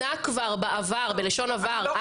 כבר בעבר, בלשון עבר.